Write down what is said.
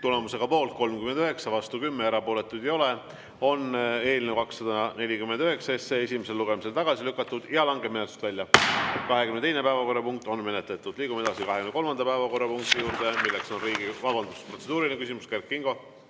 Tulemusega poolt 39, vastu 10 ja erapooletuid ei ole, on eelnõu 249 esimesel lugemisel tagasi lükatud ja langeb menetlusest välja. 22. päevakorrapunkt on menetletud. Liigume edasi 23. päevakorrapunkti juurde, mis on Riigikogu … Vabandust! Protseduuriline küsimus, Kert Kingo.